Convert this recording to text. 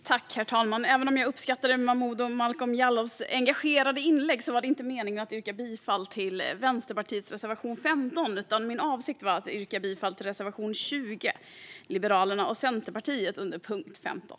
Herr talman! Även om jag uppskattade Momodou Malcolm Jallows engagerade inlägg var det inte meningen att yrka bifall till Vänsterpartiets reservation 15, utan min avsikt var att yrka bifall till reservation 20 som är Liberalernas och Centerpartiets reservation under 15.